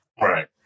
Right